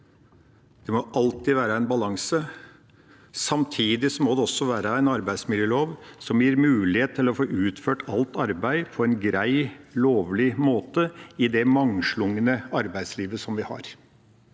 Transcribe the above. det må alltid være en balanse. Samtidig må det også være en arbeidsmiljølov som gir mulighet til å få utført alt arbeid på en grei, lovlig måte i det mangslungne arbeidslivet vi har.